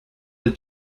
the